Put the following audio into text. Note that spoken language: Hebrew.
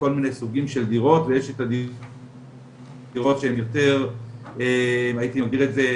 כל מיני סוגים של דירות ויש דירות שהם יותר הייתי מגדיר את זה,